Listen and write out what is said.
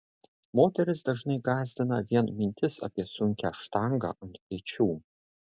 moteris dažnai gąsdina vien mintis apie sunkią štangą ant pečių